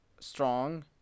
strong